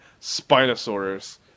Spinosaurus